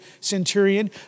centurion